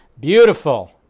Beautiful